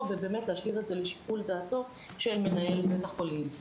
ובאמת להשאיר את זה לשיקול דעתו של מנהל בית החולים,